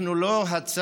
אנחנו לא הצד